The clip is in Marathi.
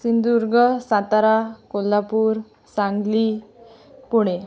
सिंधुदुर्ग सातारा कोल्हापूर सांगली पुणे